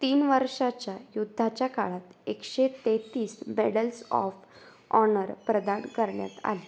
तीन वर्षांच्या युद्धाच्या काळात एकशे तेहेतीस मेडल्स ऑफ ऑणर प्रदान करण्यात आली